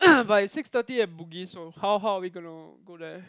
but is six thirty at Bugis oh how how are we gonna go there